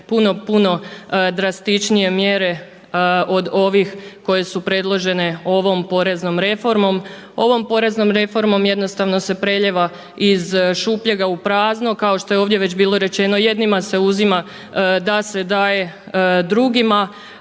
puno, puno drastičnije mjere od ovih koje su predložene ovom poreznom reformom. Ovom poreznom reformom jednostavno se prelijeva iz šupljega u prazno, kao što je ovdje već bilo rečeno, jednima se uzima da se daje drugima,